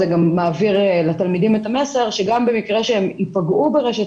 גם מעביר לתלמידים את המסר שגם במקרה שהם ייפגעו ברשת